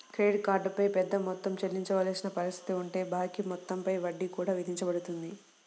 credit card పై పెద్ద మొత్తం చెల్లించవలసిన పరిస్థితి ఉంటే బాకీ మొత్తం పై వడ్డీ కూడా విధించబడుతుంది